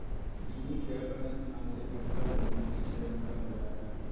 भूमि के अपन स्थान से हटला के मिट्टी क्षरण कहल जा हइ